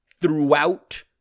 throughout